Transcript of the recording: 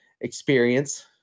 experience